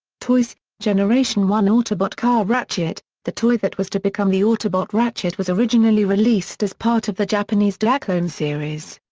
toys generation one autobot car ratchet the toy that was to become the autobot ratchet was originally released as part of the japanese diaclone series.